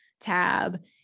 tab